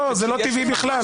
לא, זה לא טבעי בכלל.